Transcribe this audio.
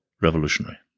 revolutionary